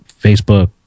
Facebook